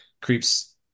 creeps